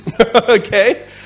Okay